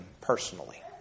personally